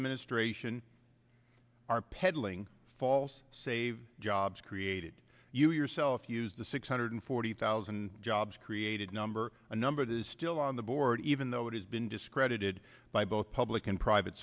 administration are peddling false save jobs created you yourself used the six hundred forty thousand jobs created number a number that is still on the board even though it has been discredited by both public and private